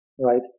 right